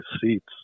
seats